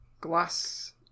glass